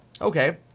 okay